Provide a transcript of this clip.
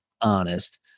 honest